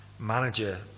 Manager